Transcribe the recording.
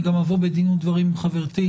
אני גם אבוא בדין ודברים עם חברתי,